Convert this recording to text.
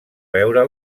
veure